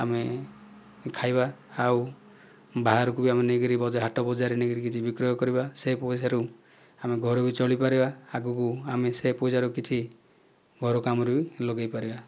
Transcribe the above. ଆମେ ଖାଇବା ଆଉ ବାହାରକୁ ବି ଆମେ ନେଇକରି ହାତ ବଜାରରେ ନେଇକରି କିଛି ବିକ୍ରୟ କରିବା ସେ ପଇସା ରୁ ଆମେ ଘର ବି ଚଳେଇ ପାରିବା ଆଗକୁ ଆମେ ସେ ପଇସାରୁ କିଛି ଘର କାମରେ ବି ଲଗେଇ ପାରିବା